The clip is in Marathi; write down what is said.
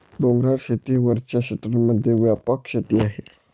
डोंगराळ शेती वरच्या क्षेत्रांमध्ये व्यापक शेती आहे